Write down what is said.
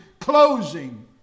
closing